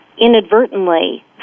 inadvertently